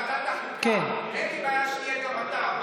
עכשיו, בבקשה, יש לכם ממשלה שיכולה להעביר כל חוק,